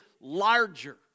larger